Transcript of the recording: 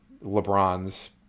lebron's